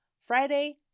Friday